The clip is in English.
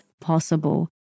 possible